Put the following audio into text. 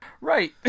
Right